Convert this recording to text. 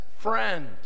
friend